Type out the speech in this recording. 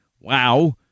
Wow